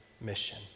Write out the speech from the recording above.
mission